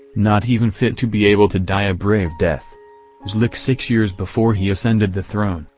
not even fit to be able to die a brave death xlix six years before he ascended the throne,